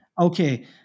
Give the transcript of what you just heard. Okay